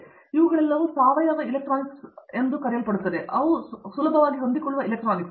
ಹಾಗಾಗಿ ಇವುಗಳೆಲ್ಲವೂ ಸಾವಯವ ಎಲೆಕ್ಟ್ರಾನಿಕ್ಸ್ ಅನ್ನು ಬರುತ್ತಿವೆ ಅವುಗಳು ಸುಲಭವಾಗಿ ಹೊಂದಿಕೊಳ್ಳುವ ಎಲೆಕ್ಟ್ರಾನಿಕ್ಸ್